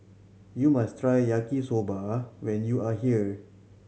you must try Yaki Soba when you are here